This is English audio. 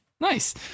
Nice